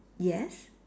yes